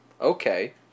Okay